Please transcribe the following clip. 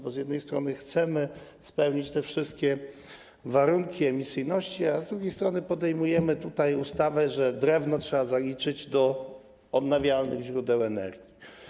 Bo z jednej strony chcemy spełnić te wszystkie warunki emisyjności, a z drugiej strony podejmujemy tutaj ustawę, że drewno trzeba zaliczyć do odnawialnych źródeł energii.